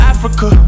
Africa